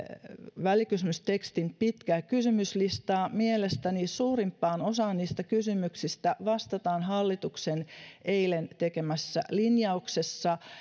välikysymystekstin pitkää kysymyslistaa mielestäni suurimpaan osaan niistä kysymyksistä vastataan hallituksen eilen tekemässä linjauksessa